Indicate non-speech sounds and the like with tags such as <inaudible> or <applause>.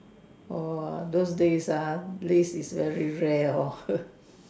oh those days ah lace is very rare lor <noise>